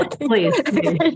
please